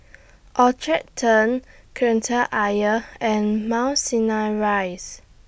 Orchard Turn Kreta Ayer and Mount Sinai Rise